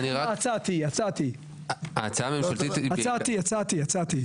ההצעה הממשלתית היא --- הצעתי היא.